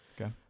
Okay